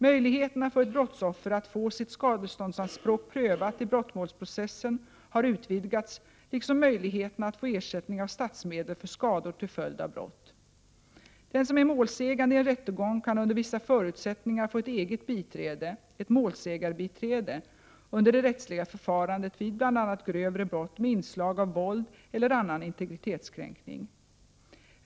Möjligheterna för ett brottsoffer att få sitt skadeståndsanspråk prövat i brottmålsprocessen har utvidgats liksom möjligheterna att få ersättning av statsmedel för skador till följd av brott. Den som är målsägande i en rättegång kan under vissa förutsättningar få ett eget biträde — ett målsägarbiträde — under det rättsliga förfarandet vid bl.a. grövre brott med inslag av våld eller annan integritetskränkning.